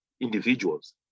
individuals